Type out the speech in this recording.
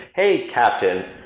hey, captain.